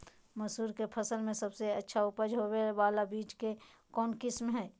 मसूर के फसल में सबसे अच्छा उपज होबे बाला बीज के कौन किस्म हय?